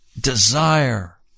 desire